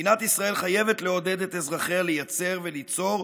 מדינת ישראל חייבת לעודד את אזרחיה לייצר וליצור,